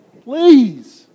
please